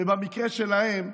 ובמקרה שלהם,